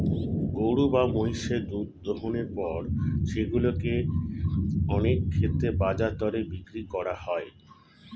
গরু বা মহিষের দুধ দোহনের পর সেগুলো কে অনেক ক্ষেত্রেই বাজার দরে বিক্রি করা হয়